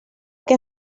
que